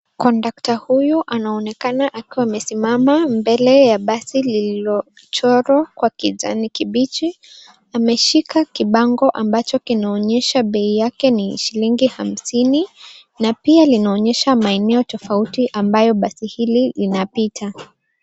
Kondakta huyu anaonekana akiwa amesimama mbele ya basi lililochorwa kwa kijani kibichi. Ameshika kibango ambacho kinaonyesha bei yake ni shilingi hamsini, na pia linaonyesha maeneo tofauti ambayo basi hili, linapita.